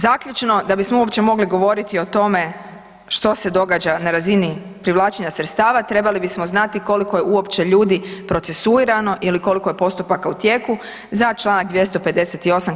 Zaključno, da bismo uopće mogli govoriti o tome što se događa na razini privlačenja sredstava trebali bismo znati koliko je uopće ljudi procesuirano ili koliko je postupaka u tijeku za čl. 258.